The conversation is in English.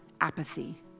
apathy